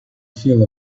feel